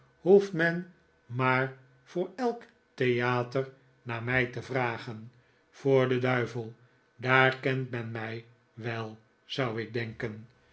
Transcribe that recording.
men maar aan elk theater naar mij te vragen voor den duivel daar kent men mif wel zou ik denken